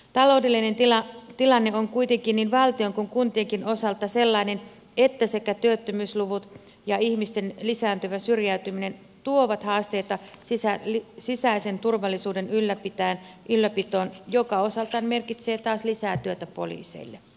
taloudellinen tilanne on kuitenkin niin valtion kuin kuntienkin osalta sellainen että sekä työttömyysluvut että ihmisten lisääntyvä syrjäytyminen tuovat haasteita sisäisen turvallisuuden ylläpitoon mikä osaltaan merkitsee taas lisää työtä poliiseille